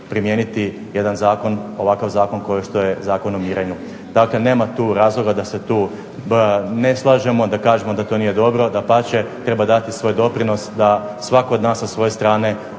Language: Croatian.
zakon, ovakav zakon kao što je Zakon o mirenju. Dakle nema tu razloga da se tu ne slažemo, da kažemo da to nije dobro, dapače treba dati svoj doprinos da svatko od nas sa svoje strane